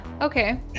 Okay